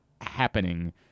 happening